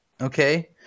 okay